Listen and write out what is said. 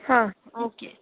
ಹಾಂ ಓಕೆ